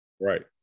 Right